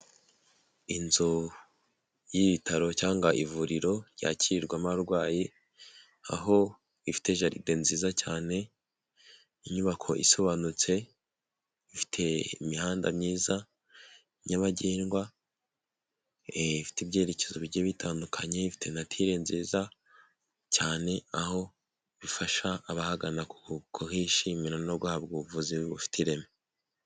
Inzu y'ibitaro cyangwa ivuriro ryakirirwamo abarwayi aho ifite jaride nziza cyane, inyubako isobanutse ifite imihanda myiza nyabagendwa, ifite ibyerekezo bigiye bitandukanye ifite natire nziza cyane aho bifasha abahagana kuhishimira no guhabwa ubuvuzi bufite ireme.